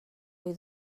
ohi